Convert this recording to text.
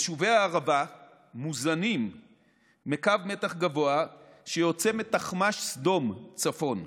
יישובי הערבה מוזנים מקו מתח גבוה שיוצא מתחמ"ש סדום צפון.